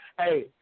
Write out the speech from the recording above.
Hey